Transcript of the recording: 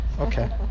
Okay